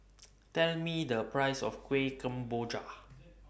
Tell Me The Price of Kueh Kemboja